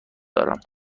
دارم